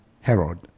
Herod